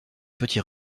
petit